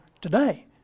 today